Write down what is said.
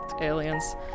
aliens